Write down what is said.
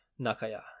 Nakaya